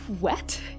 wet